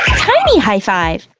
tiny high five!